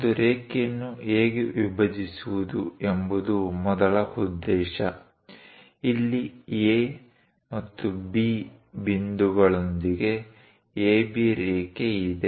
ಒಂದು ರೇಖೆಯನ್ನು ಹೇಗೆ ವಿಭಜಿಸುವುದು ಎಂಬುದು ಮೊದಲ ಉದ್ದೇಶ ಇಲ್ಲಿ A ಮತ್ತು B ಬಿಂದುಗಳೊಂದಿಗೆ AB ರೇಖೆ ಇದೆ